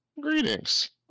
Greetings